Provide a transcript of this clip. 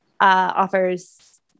offers